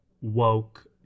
woke